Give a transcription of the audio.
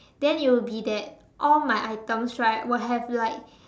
then it will be that all my items right will have like